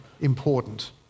important